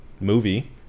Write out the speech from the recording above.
movie